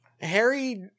harry